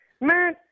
man